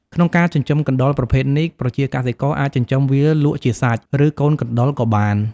ក្នុងការចិញ្ចឹមកណ្តុរប្រភេទនេះ ប្រជាកសិករអាចចិញ្ចឹមវាលក់ជាសាច់ ឬកូនកណ្តុរក៏បាន។